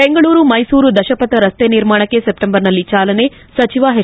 ಬೆಂಗಳೂರು ಮೈಸೂರು ದಶಪಥ ರಸ್ತೆ ನಿರ್ಮಾಣಕ್ಕೆ ಸೆಪ್ಟೆಂಬರ್ನಲ್ಲಿ ಚಾಲನೆ ಸಚಿವ ಎಚ್